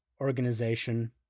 organization